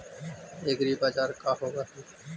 एग्रीबाजार का होव हइ?